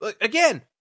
again